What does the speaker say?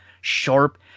sharp